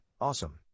awesome